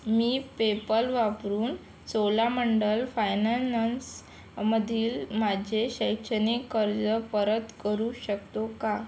मी PayPal वापरून Cholamandalam finance मधील माझे शैक्षणिक कर्ज परत करू शकतो का